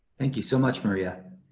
thank you so much, maria.